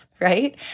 right